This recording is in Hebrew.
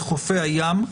לחופי הים.